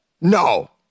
No